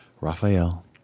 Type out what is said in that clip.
Raphael